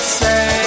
say